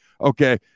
Okay